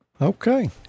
Okay